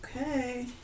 Okay